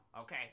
Okay